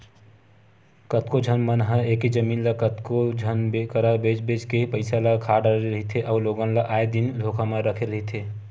कतको झन मन ह एके जमीन ल कतको झन करा बेंच बेंच के पइसा ल खा डरे रहिथे अउ लोगन ल आए दिन धोखा म रखे रहिथे